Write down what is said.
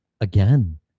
again